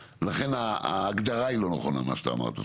לכן, ההגדרה היא לא נכונה במה שאתה אמרת.